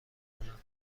کنم